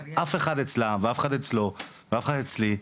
אף אחד אצלה ואף אחד אצלו ואף אחד אצלי,